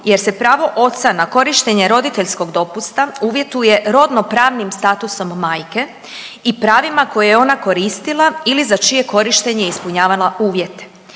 jer se pravo oca na korištenje roditeljskog dopusta uvjetuje rodnopravnim statusom majke i pravima koje je ona koristila ili za čije korištenje je ispunjavala uvjete.